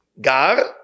gar